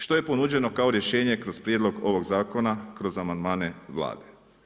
Što je ponuđeno kao rješenje kroz prijedlog ovog zakona, kroz amandmane Vlade.